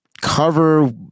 cover